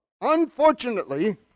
Unfortunately